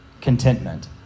Contentment